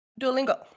duolingo